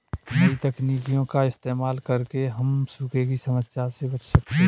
नई तकनीकों का इस्तेमाल करके हम सूखे की समस्या से बच सकते है